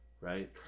right